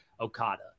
Okada